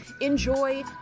Enjoy